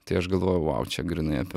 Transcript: tai aš galvojau vau čia grynai apie